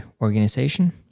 Organization